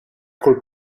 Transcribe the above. col